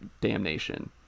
damnation